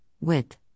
width